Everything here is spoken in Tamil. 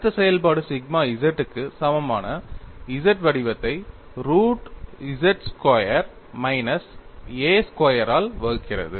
அழுத்த செயல்பாடு சிக்மா z க்கு சமமான Z வடிவத்தை root z square minus a ஸ்கொயரால் வகுக்கிறது